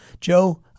Joe